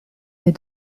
des